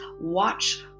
watch